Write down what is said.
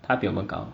他比我们高